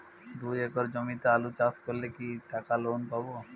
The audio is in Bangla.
দুই একর জমিতে আলু চাষ করলে কি টাকা লোন পাবো?